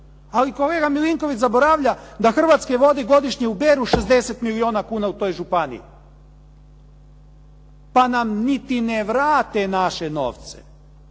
Ali kolega Milinković zaboravlja da Hrvatske vode godišnje uberu 60 milijuna kuna u toj županiji pa nam niti ne vrate naše novce.